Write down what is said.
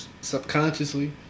Subconsciously